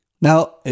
Now